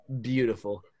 beautiful